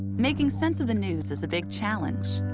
making sense of the news is a big challenge,